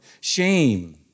Shame